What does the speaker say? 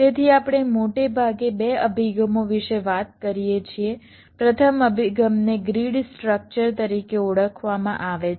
તેથી આપણે મોટે ભાગે બે અભિગમો વિશે વાત કરીએ છીએ પ્રથમ અભિગમને ગ્રીડ સ્ટ્રક્ચર તરીકે ઓળખવામાં આવે છે